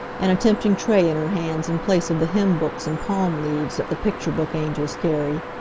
and a tempting tray in her hands in place of the hymn books and palm leaves that the picture-book angels carry.